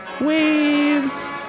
waves